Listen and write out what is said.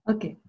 Okay